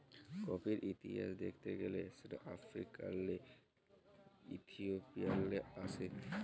কফির ইতিহাস দ্যাখতে গ্যালে সেট আফ্রিকাল্লে ইথিওপিয়াল্লে আস্যে